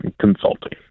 Consulting